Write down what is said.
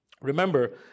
Remember